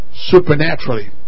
Supernaturally